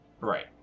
right